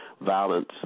violence